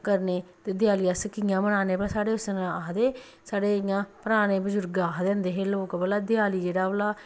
करने ते देआली अस कि'यां मनान्ने भला साढ़े उस दिन आखदे साढ़े इ'यां पराने बजुर्ग आखदे होंदे हे लोक भला देआली जेहड़ा भला